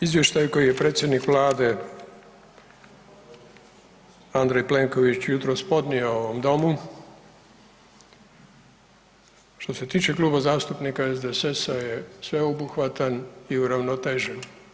Izvještaj koji je predsjednik vlade Andrej Plenković jutros podnio ovom domu, što se tiče Kluba zastupnika SDSS-a je sveobuhvatan i uravnotežen.